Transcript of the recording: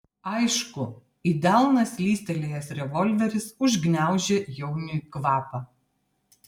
aišku į delną slystelėjęs revolveris užgniaužė jauniui kvapą